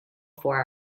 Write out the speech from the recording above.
for